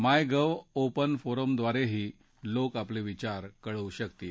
MyGov open फोरमव्वारेही लोक आपले विचार कळवू शकतील